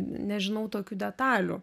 nežinau tokių detalių